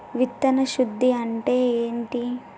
విత్తన శుద్ధి అంటే ఏంటి?